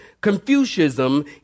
Confucianism